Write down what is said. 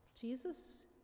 jesus